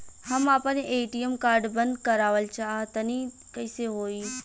हम आपन ATM card बंद करावल चाह तनि कइसे होई?